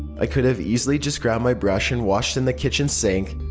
i could have easily just grabbed my brush and washed in the kitchen sink,